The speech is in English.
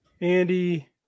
Andy